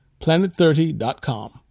Planet30.com